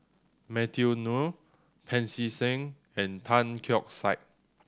Matthew Ngui Pancy Seng and Tan Keong Saik